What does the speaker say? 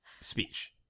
speech